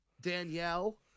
danielle